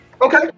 Okay